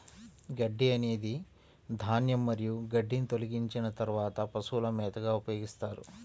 గడ్డి అనేది ధాన్యం మరియు గడ్డిని తొలగించిన తర్వాత పశువుల మేతగా ఉపయోగిస్తారు